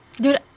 Dude